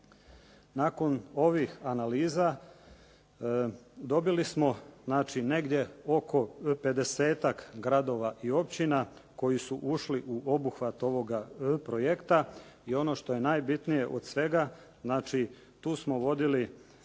Nakon ovih analiza dobili smo negdje oko pedesetak gradova i općina koji su ušli u obuhvat ovog projekta i ono što je najbitnije od svega znači tu smo vodili